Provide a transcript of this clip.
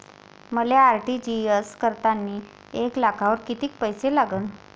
मले आर.टी.जी.एस करतांनी एक लाखावर कितीक पैसे लागन?